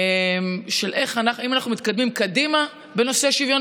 האם אנחנו מתקדמים קדימה בנושא השוויון